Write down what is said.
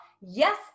Yes